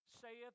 saith